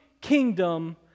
kingdom